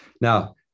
Now